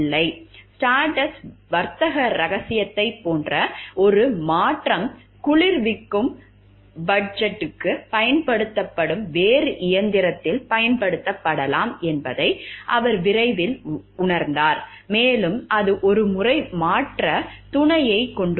Stardust வர்த்தக ரகசியத்தைப் போன்ற ஒரு மாற்றம் குளிர்விக்கும் ஃபட்ஜுக்குப் பயன்படுத்தப்படும் வேறு இயந்திரத்தில் பயன்படுத்தப்படலாம் என்பதை அவர் விரைவில் உணர்ந்தார் மேலும் அது ஒருமுறை மாற்றத் துணையைக் கொண்டுள்ளது